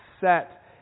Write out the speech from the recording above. set